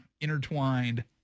intertwined